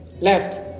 left